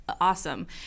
Awesome